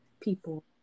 people